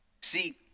See